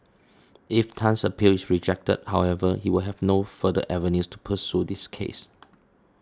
if Tan's appeal is rejected however he will have no further avenues to pursue his case